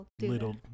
little